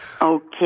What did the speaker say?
Okay